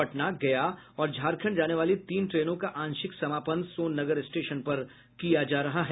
पटना गया और झारखंड जाने वाली तीन ट्रेनों का आशिंक समापन सोन नगर स्टेशन पर किया जा रहा है